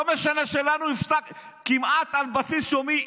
לא משנה שלנו הפרעת כמעט על בסיס יומי